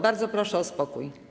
Bardzo proszę o spokój.